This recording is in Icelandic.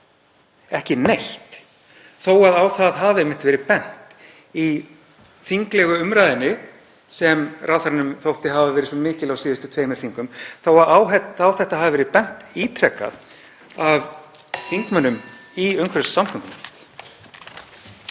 ekki neitt, þó að það hafi einmitt verið bent á þetta í þinglegu umræðunni, sem ráðherrunum þótti hafa verið svo mikil á síðustu tveimur þingum, og þó að á þetta hafi verið bent ítrekað af þingmönnum í umhverfis- og